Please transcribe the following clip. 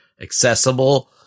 accessible